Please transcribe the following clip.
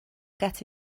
get